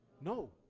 No